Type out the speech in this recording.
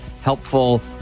helpful